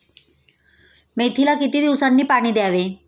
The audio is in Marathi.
मेथीला किती दिवसांनी पाणी द्यावे?